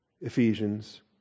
Ephesians